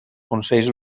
consells